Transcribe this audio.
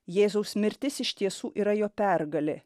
jėzaus mirtis iš tiesų yra jo pergalė